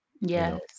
Yes